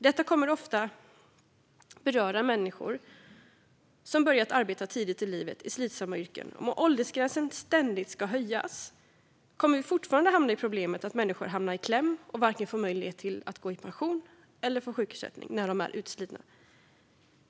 Detta kommer ofta att beröra människor som börjat arbeta tidigt i livet i slitsamma yrken, och om åldersgränsen ständigt ska höjas kommer vi fortfarande att hamna i problemet att människor hamnar i kläm och varken får möjlighet till pension eller sjukersättning när de är utslitna.